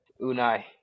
Unai